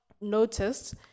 noticed